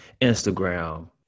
instagram